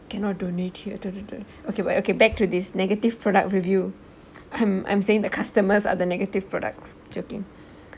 cannot donate here dot dot dot okay whate~ okay back to this negative product review um I'm saying the customers are the negative products joking